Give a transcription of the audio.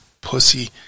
pussy